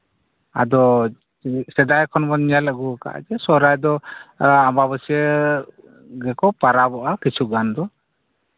ᱟᱫᱚ ᱥᱮᱫᱟᱭ ᱠᱷᱚᱱ ᱵᱚᱱ ᱧᱮᱞ ᱟᱹᱜᱩ ᱟᱠᱟᱫᱟ ᱡᱮ ᱥᱚᱦᱚᱨᱟᱭ ᱫᱚ ᱟᱢᱵᱟ ᱵᱟᱹᱥᱤᱭᱟᱹ ᱜᱮᱠᱚ ᱯᱚᱨᱚᱵᱚᱜᱼᱟ ᱠᱤᱪᱷᱩ ᱜᱟᱱ ᱫᱚ